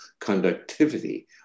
conductivity